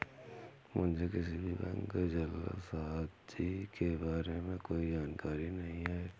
मुझें किसी भी बैंक जालसाजी के बारें में कोई जानकारी नहीं है